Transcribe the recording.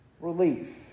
relief